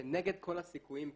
שכנגד כל הסיכויים,